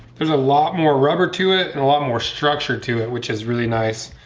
there's a lot more rubber to it and a lot more structure to it which is really nice.